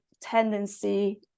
tendency